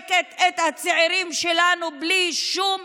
לזרוק את הצעירים שלנו בלי שום